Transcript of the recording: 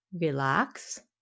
Relax